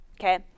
Okay